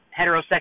heterosexual